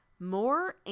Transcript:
More